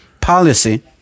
policy